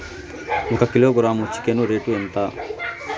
ఒక kilogram chicken rate ఎంత?